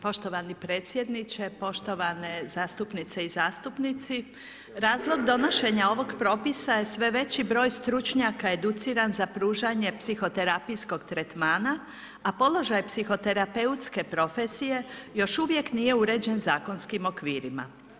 Poštovani predsjedniče, poštovane zastupnice i zastupnici razlog donošenja ovog propisa je sve veći broj stručnjaka educiran za pružanje psihoterapijskog tretmana, a položaj psihoterapeutske profesije još uvijek nije uređen zakonskim okvirima.